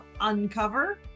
Uncover